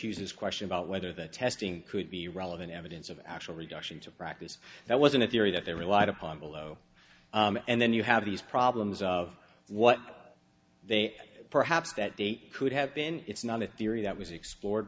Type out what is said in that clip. uses question about whether the testing could be relevant evidence of actual reduction to practice that wasn't a theory that they relied upon below and then you have these problems of what they are perhaps that they could have been it's not a theory that was explor